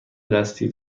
دستی